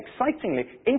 excitingly